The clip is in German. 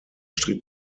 strikt